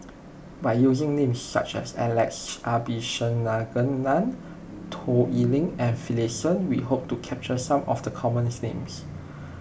by using names such as Alex Abisheganaden Toh Liying and Finlayson we hope to capture some of the common names